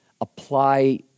apply